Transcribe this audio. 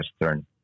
Western